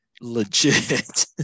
Legit